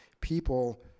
people